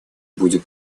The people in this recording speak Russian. будет